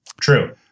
True